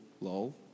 lol